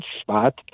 spot